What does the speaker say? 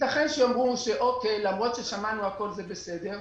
ייתכן שהם יאמרו שלמרות שהם שמעו הכל זה בסדר.